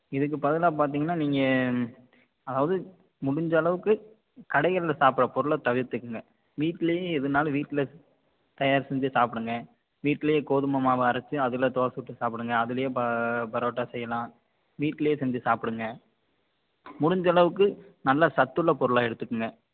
இதுக்கு பதிலாக பார்த்தீங்கன்னா நீங்கள் அதாவது முடிஞ்சளவுக்கு கடைகளில் சாப்பிட்ற பொருளை தவிர்த்துக்கோங்க வீட்லேயே எதுனாலும் வீட்டில் தயார் செஞ்சு சாப்பிடுங்க வீட்டிலே கோதுமை மாவு அரைச்சு அதில் தோசை சுட்டு சாப்பிடுங்க அதிலையே ப புரோட்டா செய்யலாம் வீட்டிலே செஞ்சு சாப்பிடுங்க முடிஞ்சளவுக்கு நல்லா சத்துள்ள பொருளாக எடுத்துக்கோங்க